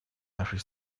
нашей